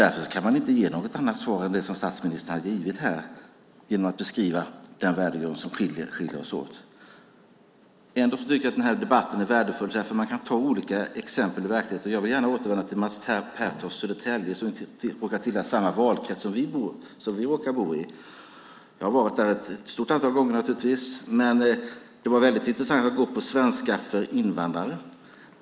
Därför kan man inte ge något annat svar än det som statsministern har givit här genom att beskriva den värdegrund som skiljer oss åt. Ändå tycker jag att denna debatt är värdefull. Man kan ta olika exempel ur verkligheten. Jag vill gärna återvända till Mats Pertofts Södertälje. Vi tillhör samma valkrets. Jag har naturligtvis varit där ett stort antal gånger. Men det var väldigt intressant att besöka dem som läser svenska för invandrare.